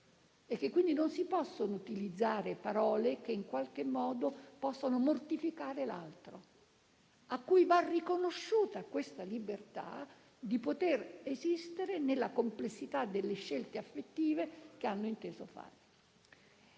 e che quindi non si possono utilizzare termini capaci di mortificare l'altro, a cui va riconosciuta la libertà di poter esistere nella complessità delle scelte affettive che ha inteso fare.